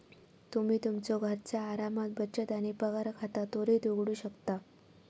तुम्ही तुमच्यो घरचा आरामात बचत आणि पगार खाता त्वरित उघडू शकता